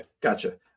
gotcha